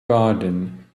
garden